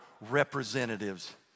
representatives